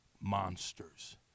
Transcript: monsters